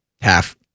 half